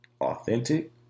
authentic